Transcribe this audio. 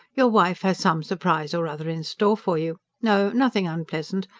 your wife has some surprise or other in store for you. no, nothing unpleasant!